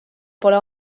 pole